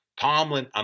Tomlin